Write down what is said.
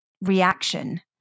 reaction